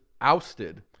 ousted